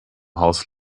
haus